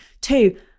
Two